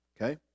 okay